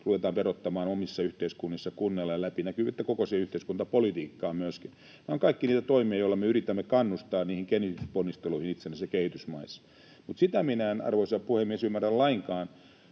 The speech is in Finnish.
ruvetaan verottamaan omissa yhteiskunnissa kunnolla, ja läpinäkyvyyttä koko siihen yhteiskuntapolitiikkaan myöskin. Nämä ovat kaikki niitä toimia, joilla me yritämme kannustaa niihin kehitysponnisteluihin itse näissä kehitysmaissa. Mutta sitä minä en, arvoisa puhemies, ymmärrä lainkaan,